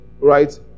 right